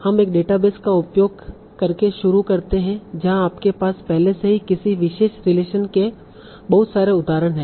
हम एक डेटाबेस का उपयोग करके शुरू करते हैं जहां आपके पास पहले से ही किसी विशेष रिलेशन के बहुत सारे उदाहरण हैं